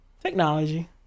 technology